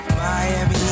Miami